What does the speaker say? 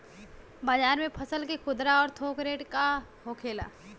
बाजार में फसल के खुदरा और थोक रेट का होखेला?